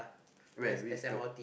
where which comp~